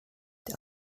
der